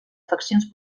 faccions